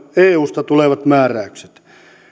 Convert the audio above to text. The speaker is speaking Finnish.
eusta tulevat määräykset